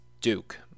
Duke